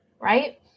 Right